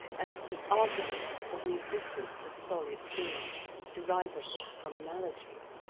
and the arguments for the existence of solid things derivable from analogy.